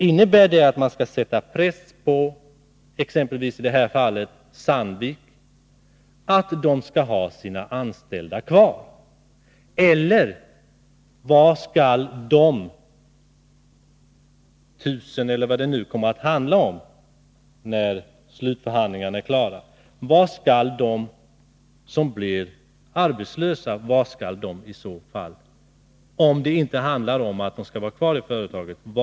Innebär det att man skall sätta press på exempelvis — som i det här fallet — Sandvik, att företaget skall ha sina anställda kvar? Var skall man annars placera de tusentals människor, eller hur många det nu kommer att handla om när slutförhandlingarna är klara, som blir arbetslösa — ifall det inte är så att de skall vara kvar i företaget?